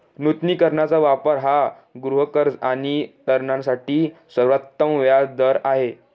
नूतनीकरणाचा वापर हा गृहकर्ज आणि तारणासाठी सर्वोत्तम व्याज दर आहे